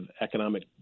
economic